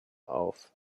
auf